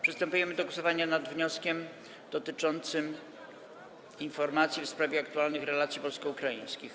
Przystępujemy do głosowania nad wnioskiem dotyczącym informacji w sprawie aktualnych relacji polsko-ukraińskich.